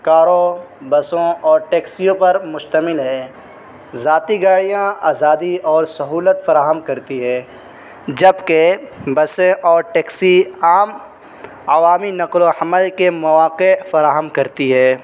کاروں بسوں اور ٹیکسیوں پر مشتمل ہے ذاتی گاڑیاں آزادی اور سہولت فراہم کرتی ہے جب کہ بسیں اور ٹیکسی عام عوامی نقل و حمل کے مواقع فراہم کرتی ہے